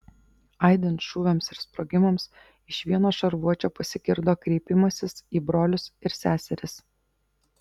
aidint šūviams ir sprogimams iš vieno šarvuočio pasigirdo kreipimasis į brolius ir seseris